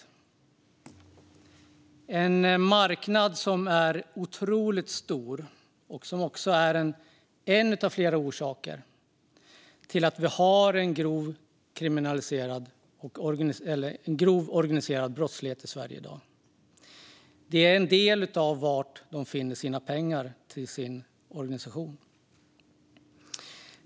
Det är en marknad som är otroligt stor och som också är en av flera orsaker till att vi har en grov organiserad brottslighet i dag. Detta är en del i hur de finner sina pengar till sin organisation.